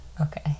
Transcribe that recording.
Okay